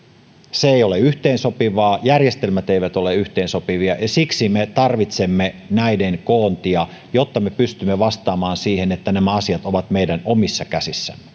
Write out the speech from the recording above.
se ei ole yhteensopivaa järjestelmät eivät ole yhteensopivia ja siksi me tarvitsemme näiden koontia jotta me pystymme vastaamaan siihen että nämä asiat ovat meidän omissa käsissämme